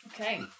Okay